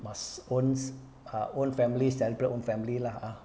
must own own family celebrate own family lah ah